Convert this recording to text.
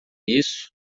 isso